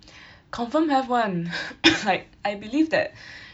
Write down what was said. confirm have [one] like I believe that